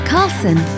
Carlson